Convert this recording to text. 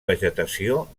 vegetació